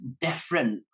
different